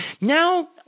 now